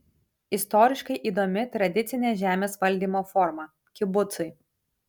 istoriškai įdomi tradicinė žemės valdymo forma kibucai